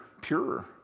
purer